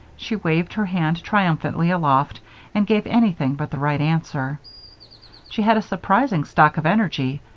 she waved her hand triumphantly aloft and gave anything but the right answer she had a surprising stock of energy,